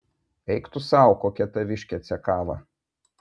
eik tu sau kokia taviškė cekava